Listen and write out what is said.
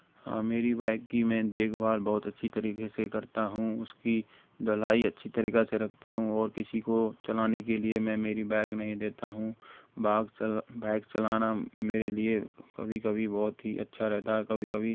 हाँ मेरी बाइक की मैं देखभाल बहौत अच्छी तरीके से करता हूँ उसकी धुलाई अच्छी तरीके से रखता हूँ और किसी को चलाने के लिए मैं मेरी बाइक नहीं देता हूँ बाक चल बाइक चलाना मेरे लिए कभी कभी बहुत ही अच्छा रहता है कभी कभी